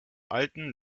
alten